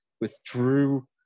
withdrew